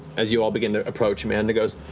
as you all begin to approach, amanda goes,